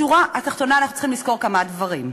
בשורה התחתונה אנחנו צריכים לזכור כמה דברים: